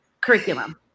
curriculum